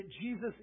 Jesus